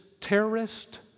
terrorist